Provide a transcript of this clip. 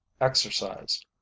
Exercise